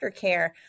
aftercare